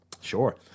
Sure